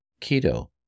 Keto